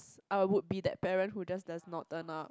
I would be that parent who just does not turn up